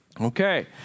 Okay